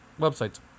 websites